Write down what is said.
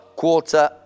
quarter